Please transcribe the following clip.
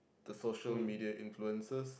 the social media influences